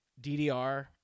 DDR